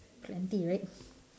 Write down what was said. plenty right